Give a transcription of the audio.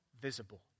visible